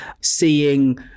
seeing